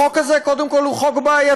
החוק הזה הוא קודם כול חוק בעייתי,